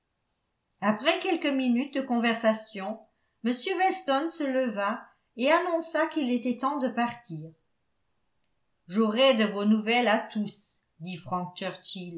après quelques minutes de conversation m weston se leva et annonça qu'il était temps de partir j'aurai de vos nouvelles à tous dit frank